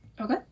Okay